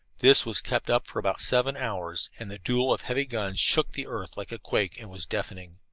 this was kept up for about seven hours, and the duel of heavy guns shook the earth like a quake and was deafening.